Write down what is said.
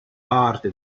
parte